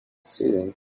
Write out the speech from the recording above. soothing